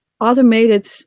automated